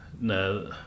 No